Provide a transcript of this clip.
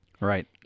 Right